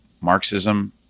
Marxism